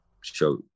Show